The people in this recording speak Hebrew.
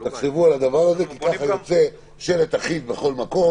תחשבו על זה, כי כל אחד ירצה שלט אחיד בכל מקום